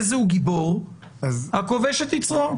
איזהו גיבור הכובש את יצרו,